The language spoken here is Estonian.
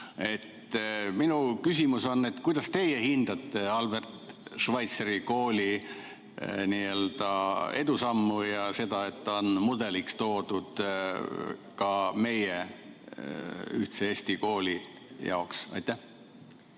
Minu küsimus on: kuidas teie hindate Albert Schweitzeri kooli n‑ö edusamme ja seda, et see on mudeliks toodud ka meie ühtse Eesti kooli jaoks? Hea